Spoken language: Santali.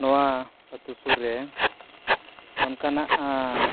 ᱱᱚᱣᱟ ᱟᱹᱛᱩ ᱥᱩᱨ ᱨᱮ ᱚᱱᱠᱟᱱᱟᱜ